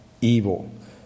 evil